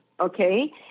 okay